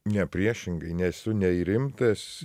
ne priešingai nesu nei rimtas